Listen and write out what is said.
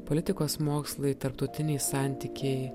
politikos mokslai tarptautiniai santykiai